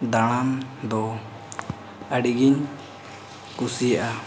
ᱫᱟᱬᱟᱱ ᱫᱚ ᱟᱹᱰᱤᱜᱮᱧ ᱠᱩᱥᱤᱭᱟᱜᱼᱟ